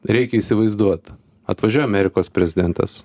reikia įsivaizduot atvažiuoja amerikos prezidentas